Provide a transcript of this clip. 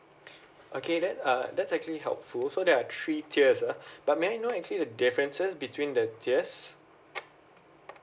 okay that are that's actually helpful so there are three tiers ah but may I know actually the differences between the tiers